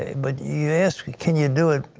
but you ask, can you do it,